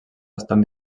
estan